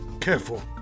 careful